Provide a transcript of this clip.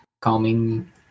calming